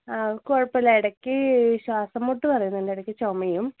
ആൾക്ക് കുഴപ്പം ഇല്ല ഇടയ്ക്ക് ശ്വാസം മുട്ട് വരുന്നുണ്ട് ഇടയ്ക്ക് ചുമയും